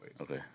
Okay